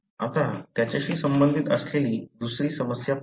आता त्याच्याशी संबंधित असलेली दुसरी समस्या पाहू